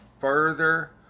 further